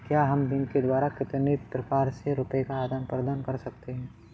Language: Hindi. हम बैंक द्वारा कितने प्रकार से रुपये का आदान प्रदान कर सकते हैं?